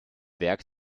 werk